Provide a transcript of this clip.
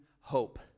hope